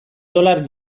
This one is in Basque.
dolar